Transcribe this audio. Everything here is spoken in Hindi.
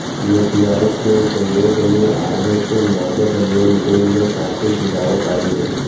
यू.पी.आई के उपयोग में आने से नगद लेन देन में काफी गिरावट आई हैं